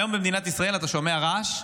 היום במדינת ישראל אתה שומע רעש,